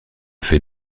fait